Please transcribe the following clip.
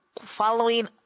following